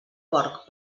porc